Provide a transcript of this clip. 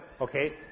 Okay